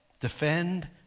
Defend